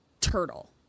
Turtle